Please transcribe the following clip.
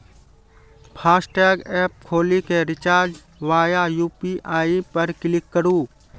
FASTag app खोलि कें recharge via UPI पर क्लिक करू